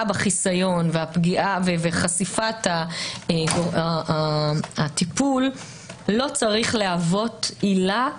בחיסיון וחשיפת הטיפול לא צריך להוות עילה,